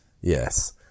Yes